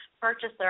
purchaser